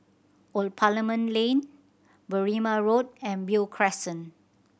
Old Parliament Lane Berrima Road and Beo Crescent